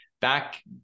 back